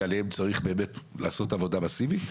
שעליהם באמת צריך לעשות עבודה מסיבית.